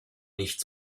nicht